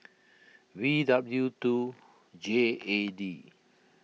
V W two J A D